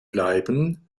bleiben